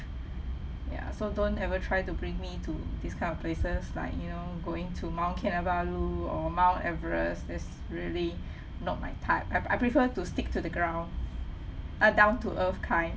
ya so don't ever try to bring me to this kind of places like you know going to mount kinabalu or mount everest is really not my type I I prefer to stick to the ground uh down to earth kind